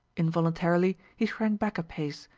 involuntarily he shrank back a pace,